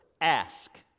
Ask